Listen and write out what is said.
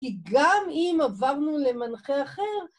כי גם אם עברנו למנחה אחר